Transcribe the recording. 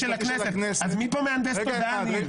אז מי פה מהנדס תודעה?